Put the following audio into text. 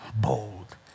bold